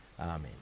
Amen